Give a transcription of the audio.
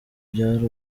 byari